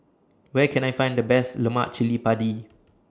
Where Can I Find The Best Lemak Cili Padi